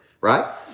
Right